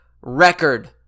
record